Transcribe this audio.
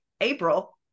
April